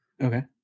Okay